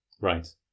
Right